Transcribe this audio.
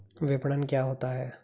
विपणन क्या होता है?